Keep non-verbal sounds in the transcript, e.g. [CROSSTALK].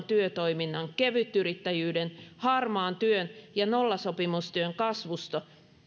[UNINTELLIGIBLE] työtoiminnan kevytyrittäjyyden harmaan työn ja nollasopimustyön kasvusto